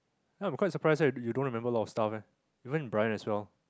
ya I'm quite surprised ah you don't remember a lot of stuff ah even Bryan as well